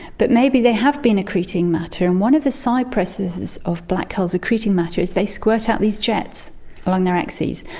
but maybe they have been accreting matter. and one of the side processes of black holes accreting matter is they squirt out these jets along their axes.